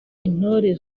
intore